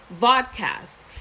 vodcast